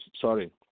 Sorry